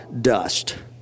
dust